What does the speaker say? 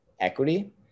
equity